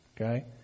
Okay